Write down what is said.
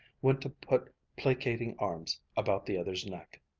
went to put placating arms about the other's neck.